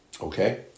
Okay